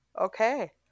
okay